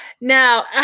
now